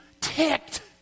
ticked